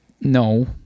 no